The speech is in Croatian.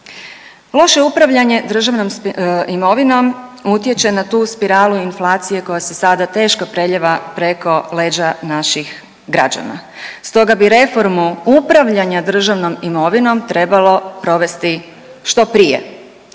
Loše upravljanje državnom imovinom utječe na tu spiralu inflacije koja se sada teško preljeva preko leđa naših građana. Stoga bi reformu upravljanja državnom imovinom trebalo provesti što prije.